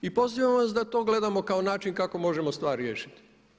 I pozivamo vas da to gledamo kao način kako možemo stvar riješiti.